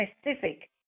specific